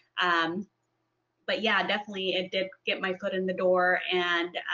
um but yeah definitely it did get my foot in the door and